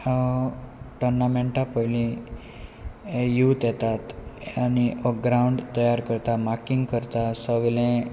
हांव टोर्नामेंटा पयलीं यूथ येतात आनी हो ग्रावंड तयार करता मारकींग करता सगलें